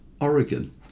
Oregon